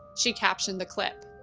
she captioned the clip.